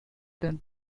tenth